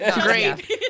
Great